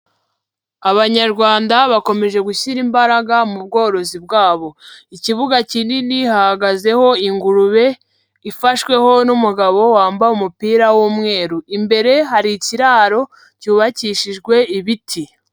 Abanyarwanda bakomeje gushyira imbaraga mu bworozi bwabo. Ikibuga kinini hahagazeho ingurube ifashweho n'umugabo wambaye umupira w'umweru. Imbere hari ikiraro cyubakishijwe ibiti.